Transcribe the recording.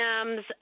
M's